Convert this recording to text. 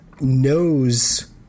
knows